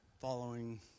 following